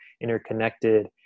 interconnected